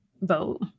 vote